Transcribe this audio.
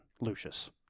Lucius